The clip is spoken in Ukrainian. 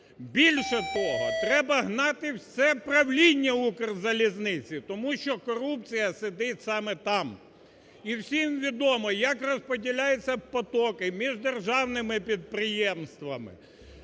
Більше того, треба гнати все правління "Укрзалізниці", тому що корупція сидить саме там. І всім відомо, як розподіляються потоки між державними підприємствами,